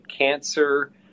cancer